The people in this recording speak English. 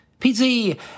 PZ